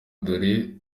dore